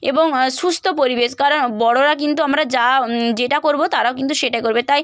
এবং সুস্থ পরিবেশ কারণ বড়রা কিন্তু আমরা যা যেটা করব তারাও কিন্তু সেটাই করবে তাই